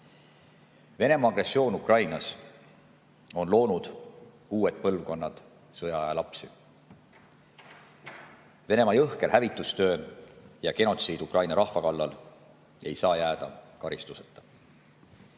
Venemaa agressioon Ukrainas on loonud uued põlvkonnad sõjaaja lapsi. Venemaa jõhker hävitustöö ja genotsiid Ukraina rahva kallal ei saa jääda karistuseta.